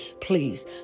please